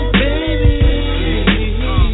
baby